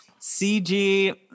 CG